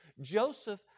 Joseph